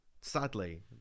sadly